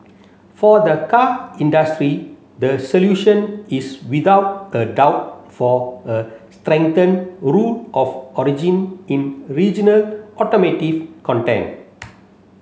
for the car industry the solution is without a doubt for a strengthened rule of origin in regional automotive content